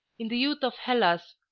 in the youth of hellas,